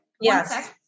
Yes